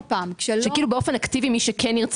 את אומרת: שבאופן אקטיבי מי שכן ירצה